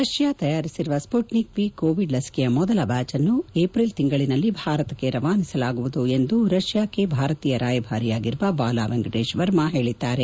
Russia ತಯಾರಿಸಿರುವ Sputnik V Covid ಲಸಿಕೆಯ ಮೊದಲ ಬ್ಯಾಚ್ ಅನ್ನು ಏಪ್ರಿಲ್ ತಿಂಗಳಿನಲ್ಲಿ ಭಾರತಕ್ಕೆ ರವಾನಿಸಲಾಗುವುದು ಎಂದು ರಷ್ಯಾದಲ್ಲಿರುವ ಭಾರತೀಯ ರಾಯಭಾರಿ ಬಾಲಾ ವೆಂಕಟೇಶ್ ವರ್ಮಾ ಹೇಳಿದ್ದಾರೆ